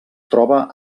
troba